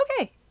okay